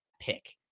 pick